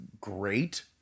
great